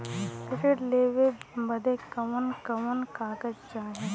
ऋण लेवे बदे कवन कवन कागज चाही?